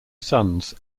sons